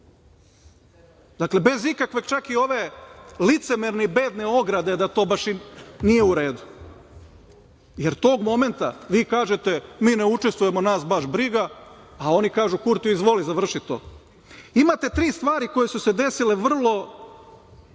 KiM.Dakle, bez ikakve, čak i ove licemerne i bedne ograde da to baš i nije u redu. Jer, tog momenta, vi kažete - mi ne učestvujemo, nas baš briga, a oni kažu - Kurti izvoli, završi to. Imate tri stvari koje su se desile vrlo